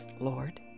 Lord